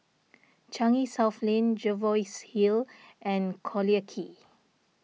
Changi South Lane Jervois Hill and Collyer Quay